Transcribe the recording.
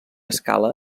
escala